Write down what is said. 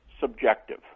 subjective